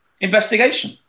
investigation